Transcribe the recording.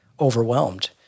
overwhelmed